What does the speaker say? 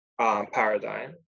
paradigm